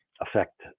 affect